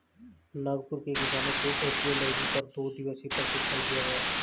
नागपुर के किसानों को एपियोलॉजी पर दो दिवसीय प्रशिक्षण दिया गया